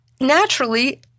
naturally